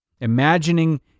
Imagining